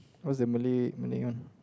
what's the Malay Malay one